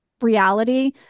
reality